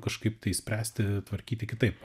kažkaip tai spręsti tvarkyti kitaip